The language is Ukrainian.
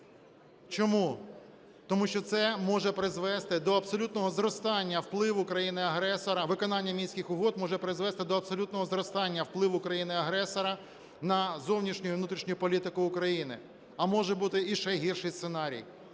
Мінських угод може призвести до абсолютного зростання впливу країни-агресора на зовнішню і внутрішню політику України, а може бути іще гірший сценарій.